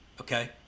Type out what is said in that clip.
Okay